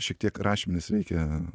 šiek tiek rašmenis reikia